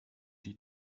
die